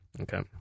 Okay